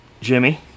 Jimmy